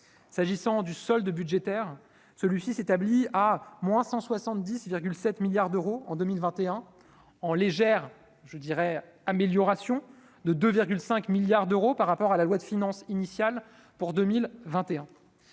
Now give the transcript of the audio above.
s'agissant du solde budgétaire, celui-ci s'établit à moins 170 7 milliards d'euros en 2021 en légère, je dirais : amélioration de 2 5 milliards d'euros par rapport à la loi de finances initiale pour 2021